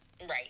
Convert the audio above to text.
Right